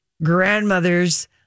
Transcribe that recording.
Grandmother's